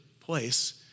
place